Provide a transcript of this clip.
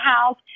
house